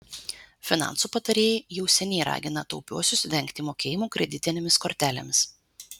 finansų patarėjai jau seniai ragina taupiuosius vengti mokėjimų kreditinėmis kortelėmis